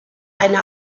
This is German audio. eine